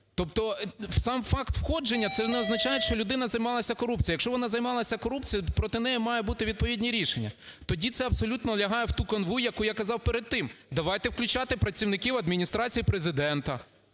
Тобто сам факт входження – це ж не означає, що людина займалася корупцією. Якщо вона займалася корупцією, проти неї мають бути відповідні рішення. тоді це абсолютно лягає в ту канву, яку я казав перед тим. Давайте включати працівників Адміністрації Президента,